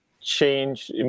change